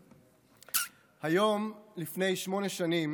היום לפני שמונה שנים